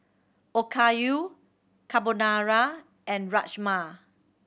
Okayu Carbonara and Rajma